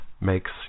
makes